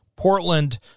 Portland